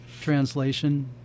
translation